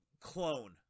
clone